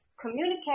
communicate